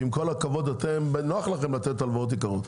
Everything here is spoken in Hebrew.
כי עם כל הכבוד נוח לכם לתת הלוואות יקרות.